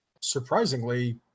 surprisingly